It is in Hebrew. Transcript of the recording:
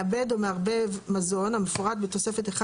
11. מעבד או מערבב מזון המפורט בתוספת 1